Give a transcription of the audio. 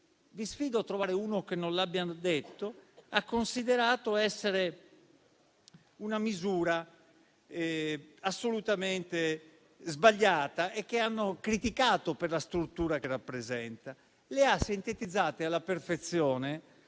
(vi sfido a trovare uno che non l'abbia detto), hanno considerato essere una misura assolutamente sbagliata e che hanno criticato per la struttura che rappresenta. Lo ha sottolineato alla perfezione